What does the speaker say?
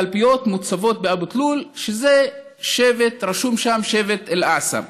הקלפיות מוצבות באבו-תלול, שרשום שם שבט אל-עסאם.